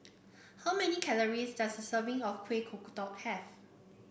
how many calories does a serving of Kuih Kodok have